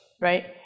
right